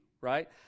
Right